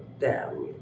down,